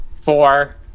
Four